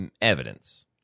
Evidence